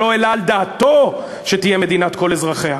לא העלה על דעתו שתהיה מדינת כל אזרחיה,